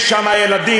יש שם ילדים,